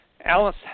Alice